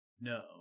No